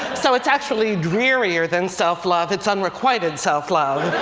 so it's actually drearier than self-love it's unrequited self-love.